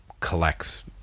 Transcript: Collects